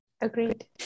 agreed